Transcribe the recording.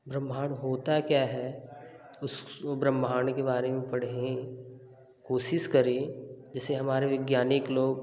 ब्रह्माण्ड होता क्या है उसको ब्रह्माण्ड के बारे में पढ़ें कोशिश करें जैसे हमारे वैज्ञानिक लोग